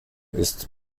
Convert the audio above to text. ist